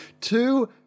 Two